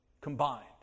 combined